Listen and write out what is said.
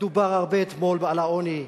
אתמול דובר הרבה על העוני,